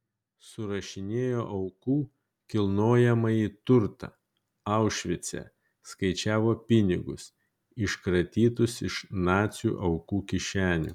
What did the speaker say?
surašinėjo aukų kilnojamąjį turtą aušvice skaičiavo pinigus iškratytus iš nacių aukų kišenių